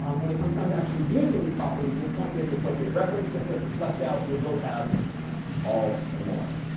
um when it comes time to actually using these properties, we'll point you at the appropriate reference, just to ah flesh out your vocab all the more.